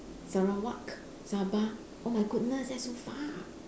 sarawak sabah oh my goodness that's so far